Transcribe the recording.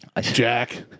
Jack